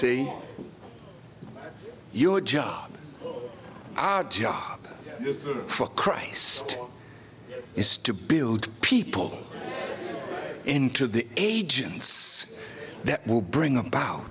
see you a job odd job for christ is to build people into the agents that will bring about